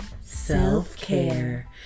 self-care